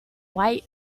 white